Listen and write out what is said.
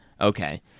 Okay